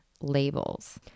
labels